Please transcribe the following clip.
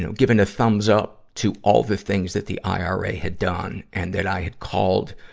know, giving a thumbs up to all the things that the ira had done and that i had called,